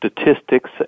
statistics